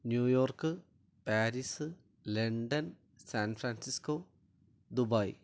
New York Paris London San Francisco Dubai